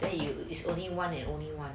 then is only one year only one